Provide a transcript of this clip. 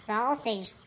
Sausage